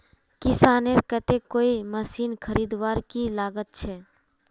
किसानेर केते कोई मशीन खरीदवार की लागत छे?